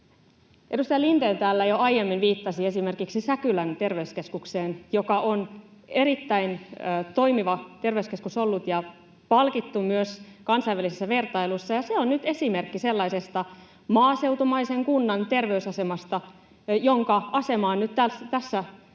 Edustaja Lindén täällä jo aiemmin viittasi esimerkiksi Säkylän terveyskeskukseen, joka on ollut erittäin toimiva terveyskeskus ja palkittu myös kansainvälisissä vertailuissa, ja se on nyt esimerkki sellaisesta maaseutumaisen kunnan terveysasemasta, jonka asema on nyt tässä